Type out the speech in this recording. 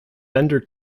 bender